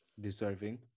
deserving